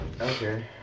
okay